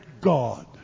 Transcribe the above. God